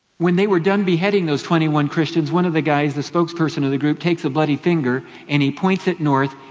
when they were done beheading those twenty one christians one of the guys, the spokesperson of the group, takes a bloody finger and he points it north,